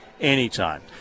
anytime